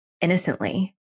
innocently